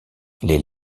les